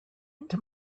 into